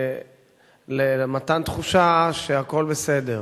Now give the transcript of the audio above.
למתן תחושה שהכול בסדר.